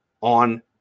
on